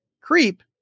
creep